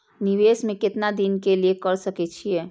निवेश में केतना दिन के लिए कर सके छीय?